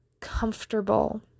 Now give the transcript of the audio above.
comfortable